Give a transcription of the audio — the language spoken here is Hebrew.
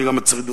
וגם הצרידות,